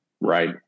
Right